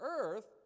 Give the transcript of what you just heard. earth